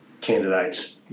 candidates